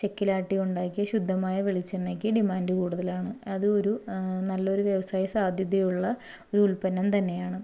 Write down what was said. ചെക്കിലാട്ടി ഉണ്ടാക്കിയ ശുദ്ധമായ വെളിച്ചെണ്ണയ്ക്ക് ഡിമാണ്ട് കൂടുതലാണ് അത് ഒരു നല്ലൊരു വ്യവസായ സാധ്യതയുള്ള ഒരു ഉല്പന്നം തന്നെയാണ്